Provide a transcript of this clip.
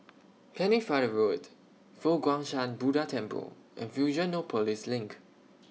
Pennefather Road Fo Guang Shan Buddha Temple and Fusionopolis LINK